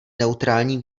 neutrální